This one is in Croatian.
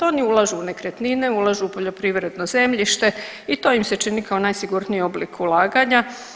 Oni ulažu u nekretnine, ulažu u poljoprivredno zemljište i to im se čini kao najsigurniji oblik ulaganja.